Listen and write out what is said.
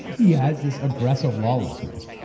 he has this aggressive lawlessness,